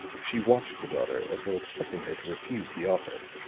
she watched the daughter as though expecting her to refuse the offer.